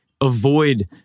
avoid